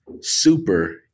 super